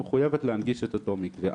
מחוייב להנגיש את אותו מקווה.